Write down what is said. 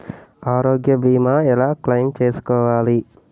ఆరోగ్య భీమా ఎలా క్లైమ్ చేసుకోవాలి?